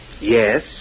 Yes